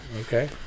Okay